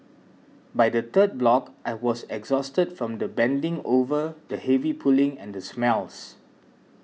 by the third block I was exhausted from the bending over the heavy pulling and the smells